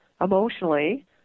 emotionally